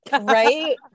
right